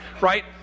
right